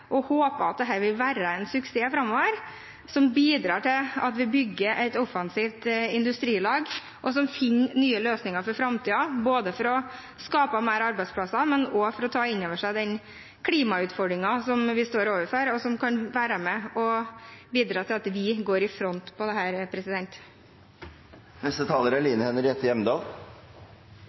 vil være en suksess framover som bidrar til at vi bygger et offensivt industrilag som finner nye løsninger for framtiden, både for å skape flere arbeidsplasser og for å ta innover seg den klimautfordringen vi står overfor, og som kan være med og bidra til at vi går i front på